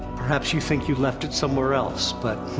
perhaps you think you've left it somewhere else, but.